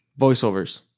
Voiceovers